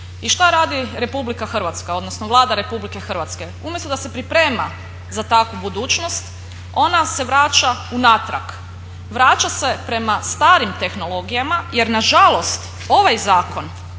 I šta radi Republika Hrvatska odnosno Vlada Republike Hrvatske? Umjesto da se priprema za takvu budućnost ona se vraća unatrag. Vraća se prema starim tehnologijama jer nažalost ovaj zakon